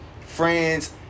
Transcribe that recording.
friends